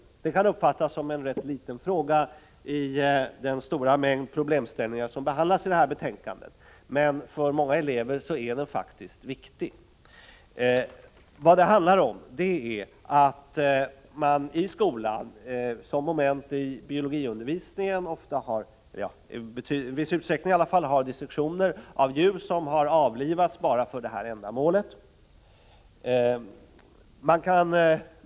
Frågan kan uppfattas som rätt liten bland de många frågor som behandlas i betänkandet, men för många elever är den faktiskt viktig. I biologiundervisningen i skolan har man i viss utsträckning dissektioner av djur. Djuren avlivas bara för det här ändamålet.